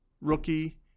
rookie